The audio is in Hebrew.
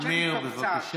תשב איתו קצת,